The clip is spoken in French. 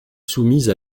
soumises